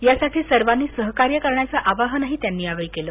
यासाठी सर्वांनी सहकार्य करण्याचं आवाहनही त्यांनी यावेळी केलं